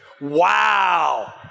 wow